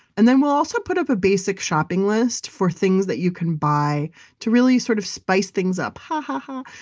and then we'll also put up a basic shopping list for things that you can buy to really sort of spice things up. ha ha ha.